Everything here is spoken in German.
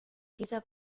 dieser